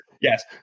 yes